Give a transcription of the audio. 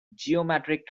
geometric